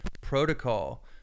protocol